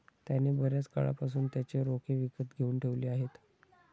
त्याने बर्याच काळापासून त्याचे रोखे विकत घेऊन ठेवले आहेत